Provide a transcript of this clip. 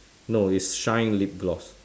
no is shine lip gloss